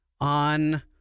on